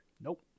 Nope